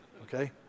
Okay